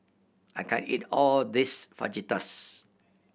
I can't eat all this Fajitas